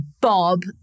Bob